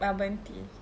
ah berhenti